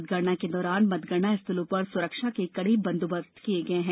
मतगणना के दौरान मतगणना स्थलों पर सुरक्षा के कड़े बंदोबस्त किये गये हैं